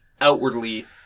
outwardly